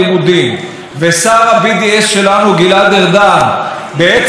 בעצם הבן אדם שהכי מחזק את ה-BDS בכל העולם,